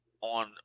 on